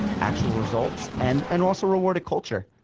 actual results and and also rewarded culture.